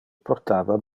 portava